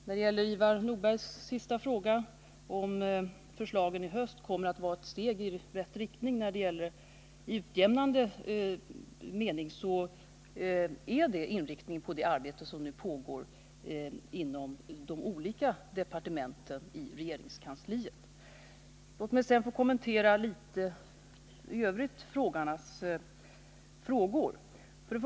Med anledning av Ivar Nordbergs sista fråga, om förslagen i höst kommer att vara ett steg mot en utjämning, vill jag säga att detta är den inriktning som man har på det arbete som nu pågår inom de olika departementen i regeringskansliet. Låt mig vidare något få kommentera frågeställarnas spörsmål i övrigt.